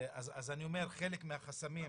חלק שני,